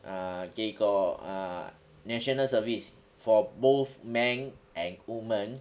err they got err national service for both men and woman